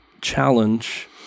challenge